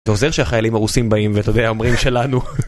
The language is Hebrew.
זה עוזר שהחיילים הרוסים באים, ואתה יודע, אומרים שלנו.